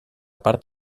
part